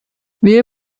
wir